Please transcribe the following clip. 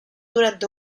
durante